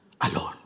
alone